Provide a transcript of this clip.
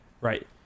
right